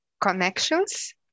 connections